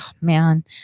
man